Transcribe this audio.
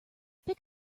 pick